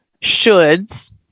shoulds